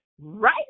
right